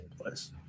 place